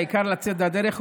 העיקר לצאת לדרך,